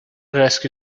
rescue